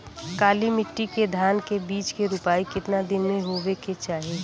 काली मिट्टी के धान के बिज के रूपाई कितना दिन मे होवे के चाही?